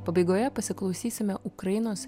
pabaigoje pasiklausysime ukrainos